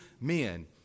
men